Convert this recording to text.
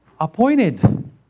appointed